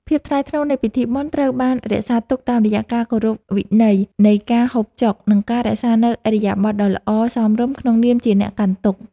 ភាពថ្លៃថ្នូរនៃពិធីបុណ្យត្រូវបានរក្សាទុកតាមរយៈការគោរពវិន័យនៃការហូបចុក និងការរក្សានូវឥរិយាបថដ៏ល្អសមរម្យក្នុងនាមជាអ្នកកាន់ទុក្ខ។